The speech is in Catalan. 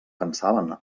pensaven